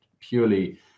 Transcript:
purely